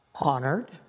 honored